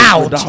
Out